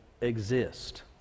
exist